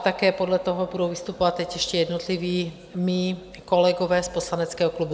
Také podle toho budou vystupovat teď ještě jednotliví mí kolegové z poslaneckého klubu.